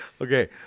Okay